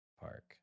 park